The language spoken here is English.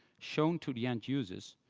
shown to the end users.